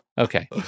okay